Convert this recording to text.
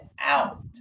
out